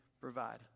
provide